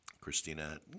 Christina